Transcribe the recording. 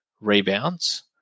rebounds